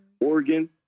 Oregon